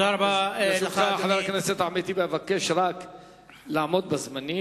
חבר הכנסת אחמד טיבי, אבקש לעמוד בזמנים.